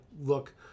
look